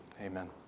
Amen